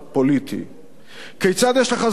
כיצד יש לך זמן, אדוני ראש הממשלה,